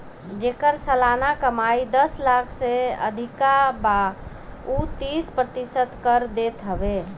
जेकर सलाना कमाई दस लाख से अधिका बा उ तीस प्रतिशत कर देत हवे